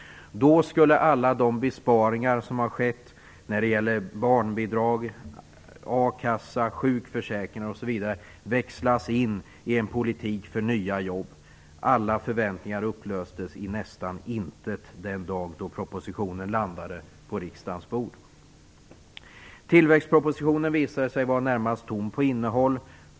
Alla besparingar som har skett när det gäller barnbidrag, a-kassa, sjukförsäkringar osv. skulle växlas in i en politik för nya jobb. Men alla förväntningar upplöstes nästan i intet den dag propositionen landade på riksdagens bord. Tillväxtpropositionen visade sig vara närmast innehållslös.